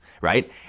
Right